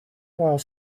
while